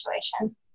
situation